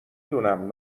دونم